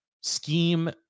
scheme